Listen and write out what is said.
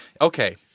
Okay